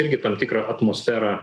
irgi tam tikrą atmosferą